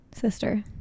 sister